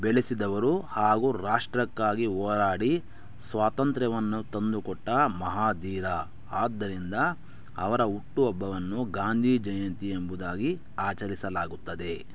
ಬೆಳೆಸಿದವರು ಹಾಗೂ ರಾಷ್ಟ್ರಕ್ಕಾಗಿ ಹೋರಾಡಿ ಸ್ವಾತಂತ್ರ್ಯವನ್ನು ತಂದುಕೊಟ್ಟ ಮಹಾಧೀರ ಆದ್ದರಿಂದ ಅವರ ಹುಟ್ಟುಹಬ್ಬವನ್ನು ಗಾಂಧಿಜಯಂತಿ ಎಂಬುದಾಗಿ ಆಚರಿಸಲಾಗುತ್ತದೆ